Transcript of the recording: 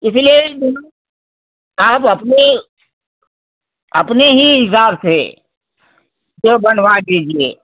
इसलिए आप अपने अपने ही हिसाब से जो बनवा दीजिए